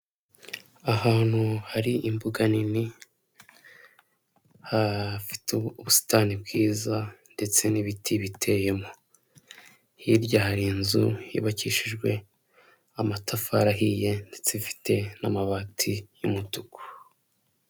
Ahantu hari imbuga nini, hafite ubusitani bwiza ndetse n'ibiti biteyemo; hirya hari inzu yubakishijwe amatafari ahiye ndetse ifite n'amabati y'umutuku.